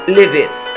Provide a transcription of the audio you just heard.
liveth